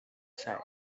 said